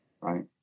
right